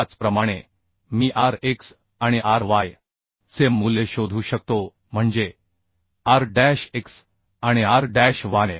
त्याचप्रमाणे मी R x आणि R y चे मूल्य शोधू शकतो म्हणजे R डॅश x आणि R डॅश y